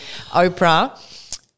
Oprah